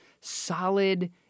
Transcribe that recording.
solid